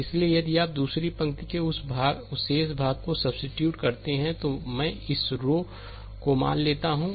इसलिए यदि आप दूसरी पंक्ति के उस शेष भाग को सब्सीट्यूट करते हैं तो मैं इस रो को मान लेता हूं